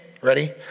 ready